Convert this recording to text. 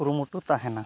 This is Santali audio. ᱠᱩᱨᱩᱢᱩᱴᱩ ᱛᱟᱦᱮᱱᱟ